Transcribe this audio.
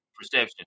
Perception